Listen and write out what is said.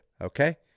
Okay